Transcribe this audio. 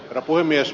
herra puhemies